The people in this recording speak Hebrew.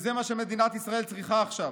וזה מה שמדינת ישראל צריכה עכשיו.